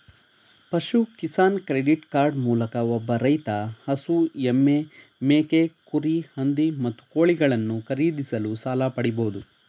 ಪಶು Kisan credit card ಮೂಲಕ ಒಬ್ಬ ರೈತ ಹಸು ಎಮ್ಮೆ ಮೇಕೆ ಕುರಿ ಹಂದಿ ಮತ್ತು ಕೋಳಿಗಳನ್ನು ಖರೀದಿಸಲು ಸಾಲ ಪಡಿಬೋದು